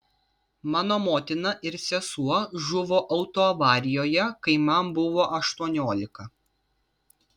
mano motina ir sesuo žuvo autoavarijoje kai man buvo aštuoniolika